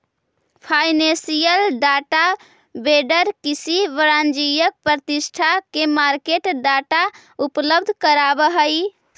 financial data vendor किसी वाणिज्यिक प्रतिष्ठान के मार्केट डाटा उपलब्ध करावऽ हइ